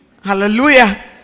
Hallelujah